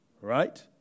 Right